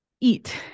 eat